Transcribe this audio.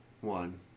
one